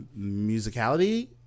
musicality